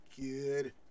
good